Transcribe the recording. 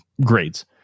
grades